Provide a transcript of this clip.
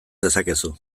dezakezu